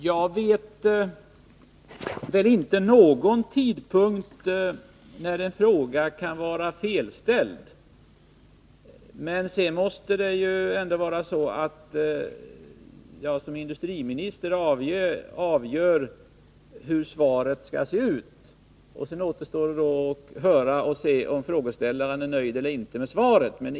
Herr talman! Jag tycker inte att en fråga kan vara ställd vid fel tidpunkt, men som industriminister måste jag avgöra hur svaret skall se ut. Sedan återstår det att höra om frågeställaren är nöjd med svaret.